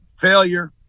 failure